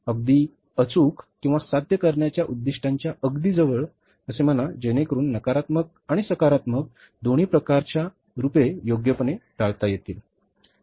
अगदी अचूक किंवा साध्य करण्याच्या उद्दीष्टांच्या अगदी जवळ असे म्हणा जेणेकरून नकारात्मक आणि सकारात्मक दोन्ही प्रकारच्या रूपे योग्यपणे टाळता येतील